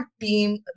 team